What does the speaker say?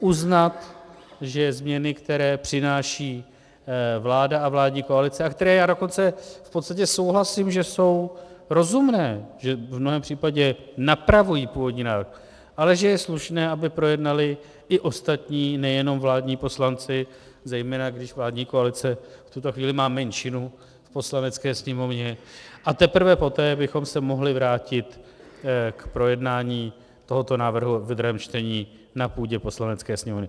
Uznat, že změny, které přináší vláda a vládní koalice a které já dokonce v podstatě souhlasím, že jsou rozumné, že v mnoha případech napravují původní návrh, ale že je slušné, aby projednali i ostatní, nejenom vládní poslanci, zejména když vládní koalice v tuto chvíli má menšinu v Poslanecké sněmovně, a teprve poté bychom se mohli vrátit k projednání tohoto návrhu ve druhém čtení na půdě Poslanecké sněmovny.